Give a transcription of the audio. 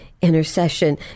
Intercession